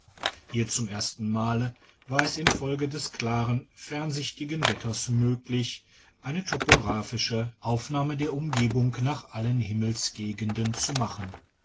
hier zum ersten male war es infolge des klaren fernsichtigen wetters möglich eine topographische digitized by google aufnahme der umgebung nach allen himmelsgegenden zu machen